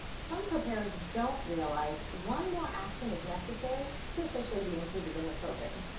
some preparers don't realize one more action is necessary to officially be included in the program,